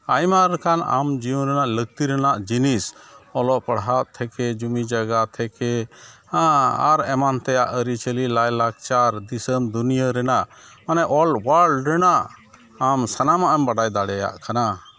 ᱟᱭᱢᱟ ᱞᱮᱠᱟᱱ ᱟᱢ ᱡᱤᱭᱚᱱ ᱨᱮᱱᱟᱜ ᱞᱟᱹᱠᱛᱤ ᱨᱮᱱᱟᱜ ᱡᱤᱱᱤᱥ ᱚᱞᱚᱜ ᱯᱟᱲᱦᱟᱜ ᱛᱷᱮᱠᱮ ᱡᱚᱢᱤ ᱡᱟᱭᱜᱟ ᱛᱷᱮᱠᱮ ᱟᱨ ᱮᱢᱟᱱ ᱛᱮᱭᱟᱜ ᱟᱹᱨᱤᱪᱟᱹᱞᱤ ᱞᱟᱭᱼᱞᱟᱠᱪᱟᱨ ᱫᱤᱥᱚᱢ ᱫᱩᱱᱭᱟᱹ ᱨᱮᱱᱟᱜ ᱢᱟᱱᱮ ᱚᱞ ᱚᱣᱟᱨᱞᱰ ᱨᱮᱱᱟᱜ ᱟᱢ ᱥᱟᱱᱟᱢᱟᱜ ᱮᱢ ᱵᱟᱰᱟᱭ ᱫᱟᱲᱮᱭᱟᱜ ᱠᱟᱱᱟ